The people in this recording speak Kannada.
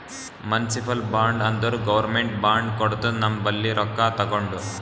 ಮುನ್ಸಿಪಲ್ ಬಾಂಡ್ ಅಂದುರ್ ಗೌರ್ಮೆಂಟ್ ಬಾಂಡ್ ಕೊಡ್ತುದ ನಮ್ ಬಲ್ಲಿ ರೊಕ್ಕಾ ತಗೊಂಡು